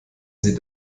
sie